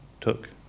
took